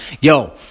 yo